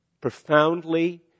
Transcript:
Profoundly